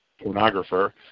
pornographer